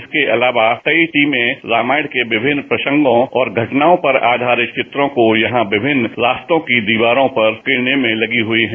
इसके अलावा कई टीमें रामायण के विभिन्न प्रसंगों और घटनाओं पर आधारित चित्रों को यहां विभिन्न रास्तों की दीवारों पर उकरने में लगी हुई हैं